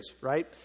right